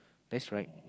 that's right